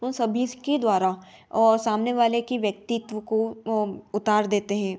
उन सभी इसके द्वारा और सामने वाले कि व्यक्तित्व को उतार देते हैं